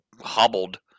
hobbled